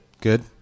Good